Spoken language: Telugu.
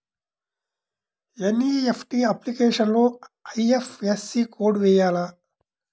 ఎన్.ఈ.ఎఫ్.టీ అప్లికేషన్లో ఐ.ఎఫ్.ఎస్.సి కోడ్ వేయాలా?